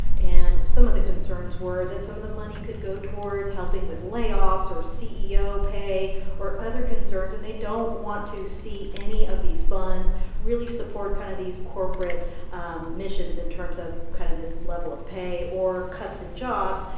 and some of the concerns were that some of the money could go towards helping with layoffs or ceo pay or other concerns, and they don't want to see any of these funds really support kind of these corporate um missions in terms of kind of this level of pay or cuts in jobs.